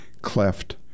cleft